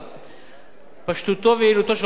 פשטותו ויעילותו של חוק מס ערך מוסף באות